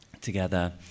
together